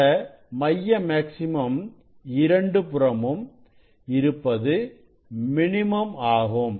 இந்த மைய மேக்ஸிமம் இரண்டு புறமும் இருப்பது மினிமம் ஆகும்